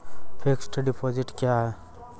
Fixed deposit क्या हैं?